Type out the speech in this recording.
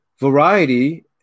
Variety